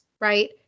Right